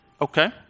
Okay